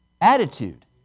attitude